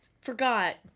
forgot